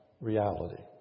reality